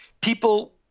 people